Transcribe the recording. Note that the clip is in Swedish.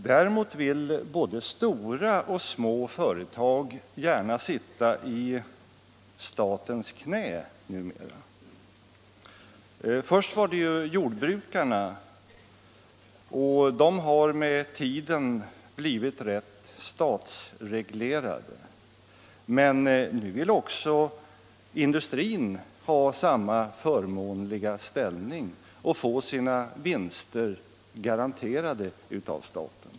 Däremot vill numera både stora och små företag gärna sitta i statens knä. Först var det jordbrukarna, och de har med tiden blivit rätt statsreglerade. Men nu vill också industrin ha samma förmånliga ställning och få sina vinster garanterade av staten.